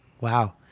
Wow